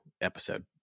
episode